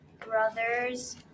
brothers